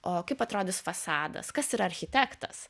o kaip atrodys fasadas kas yra architektas